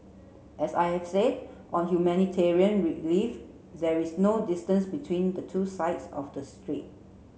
as I have said on humanitarian relief there is no distance between the two sides of the strait